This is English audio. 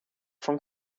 from